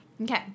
Okay